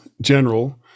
General